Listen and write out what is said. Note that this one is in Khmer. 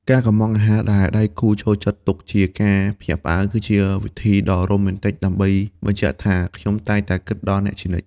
ការកុម្មង់អាហារដែលដៃគូចូលចិត្តទុកជាការភ្ញាក់ផ្អើល គឺជាវិធីដ៏រ៉ូមែនទិកដើម្បីបញ្ជាក់ថា «ខ្ញុំតែងតែគិតដល់អ្នកជានិច្ច»។